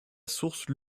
source